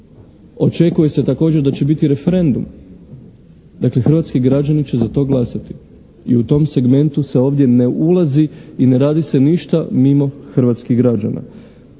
Očekuje se također da će biti referendum. Dakle, hrvatski građani će za to glasati i u tom segmentu se ovdje ne ulazi i ne radi se ništa mimo hrvatskih građana.